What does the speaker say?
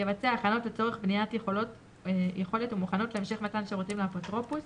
יבצע הכנות לצורך בניית יכולת ומוכנות להמשך מתן שירותים לאפוטרופוס,